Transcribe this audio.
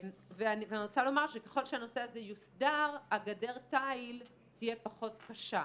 ואני רוצה לומר שככל שהנושא הזה יוסדר הגדר תיל תהיה פחות קשה.